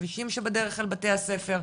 הכבישים שבדרך אל בתי הספר?